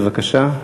בבקשה.